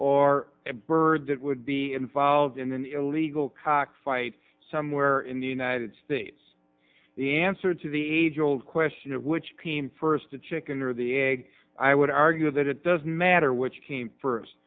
or a bird that would be involved in an illegal cockfights somewhere in the united states the answer to the age old question of which team first chicken or the egg i would argue that it doesn't matter which came first